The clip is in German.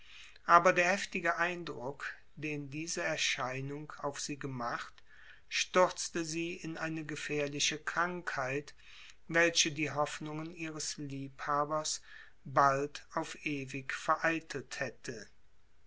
aber der heftige eindruck den diese erscheinung auf sie gemacht stürzte sie in eine gefährliche krankheit welche die hoffnungen ihres liebhabers bald auf ewig vereitelt hätte